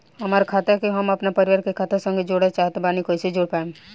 हमार खाता के हम अपना परिवार के खाता संगे जोड़े चाहत बानी त कईसे जोड़ पाएम?